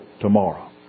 tomorrow